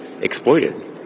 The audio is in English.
exploited